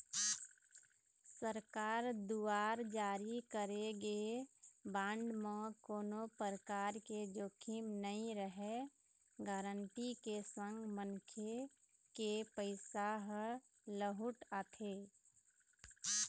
सरकार दुवार जारी करे गे बांड म कोनो परकार के जोखिम नइ रहय गांरटी के संग मनखे के पइसा ह लहूट आथे